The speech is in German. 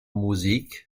musik